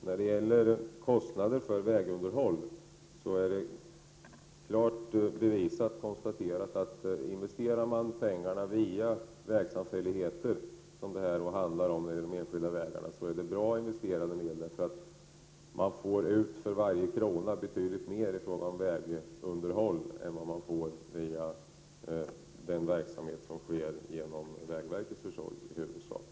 När det gäller kostnader för vägunderhåll är det klart bevisat att, investerar man pengar via vägsamfälligheter, som det handlar om beträffande de enskilda vägarna, är det bra investerade medel. För varje krona får man ut betydligt mer i fråga om vägunderhåll än vad man får via den verksamhet som sker genom vägverkets försorg.